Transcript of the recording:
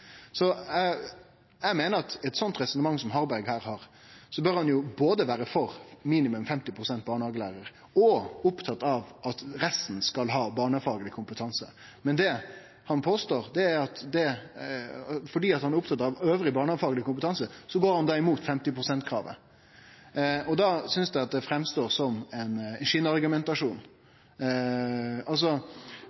Eg meiner at Harberg, med eit sånt resonnement som han her har, bør både vere for minimumskravet om at 50 pst. av dei tilsette har barnehagelærarutdanning, og vere opptatt av at resten skal ha barnefagleg kompetanse. Men det han seier, er at han, fordi han er opptatt av annan barnefagleg kompetanse, går imot 50 pst.-kravet. Da synest eg det høyrest ut som